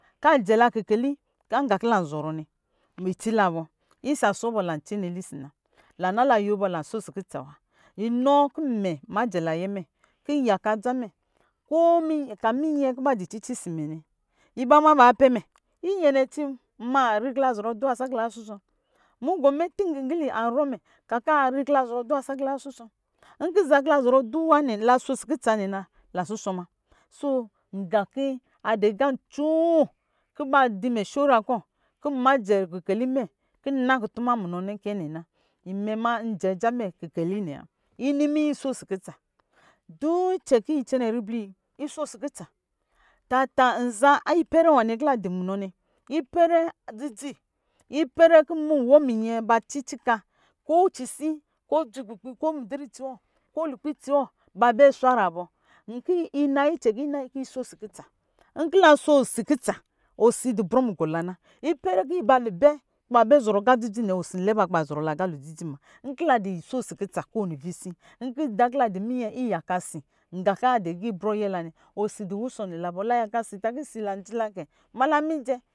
Kajɛla kikeli agā kila zɔrɔ nɛ itsila bɔ isa sɔ bɔ ta tsene lufina, la na la yobɔ la sosi kutsa wa, inɔ ki imɛ majɛ nayɛ mɛ ki nyaka adzamɛ ko ka minyɛ kiba di itsi cici simɛ iba ma baa pɛmɛ iyɛnɛ ci imari kila zɔrɔ aduwa lisi kila na susɔ̄ mugɔ mɛ tingigili arɔ mɛ kaka ri kila zɔrɔ aduwa saki la na susɔ nki aki la zɔrɔ duwa nɛ la sasi kutsa nɛ na la susɔ ma so nga ki adiga coo kuba di mɛ sora kɔ̄ ki majɛ kikeli mɛ ki nna kutuma munɔ nɛ kɛnɛ na imɛ ma njɛ ja mɛ kikeli nɛ wa, ini minyɛ sosi kutsa ducɛ ki cɛnɛ ribli yi ini minyɛ so si kutsa tata nza ipɛrɛ nwanɛ kila dumunɔ nɛ ipɛrɛ dzidzi, ipɛrɛ ki muwɔ minyɛ ba cici ka ko cisin ko dzi kukpi mijiri ciwɔ, ko lukpi tsi wɔ ba bɛ swara bɔ nki inayi cɛki nayi ki sosi kutsa, nkila sosi kutsa osi di brɔ mugɔ la na ipɛrɛ ki ba di bɛ ki ba bɛ zɔrɔ aga dzi dzi nɛ osi za lɛ ba ki ba zɔrɔ la agalo dzidzi manki ladi so si kutsa kowini prisi, nkila di minyɛ iyakasi nga ka di agibrɔyɛ la nɛ osi di wuso ni la bɔ layala si ki si, ladzi la kɛ, mala mijɛ